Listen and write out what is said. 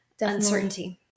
uncertainty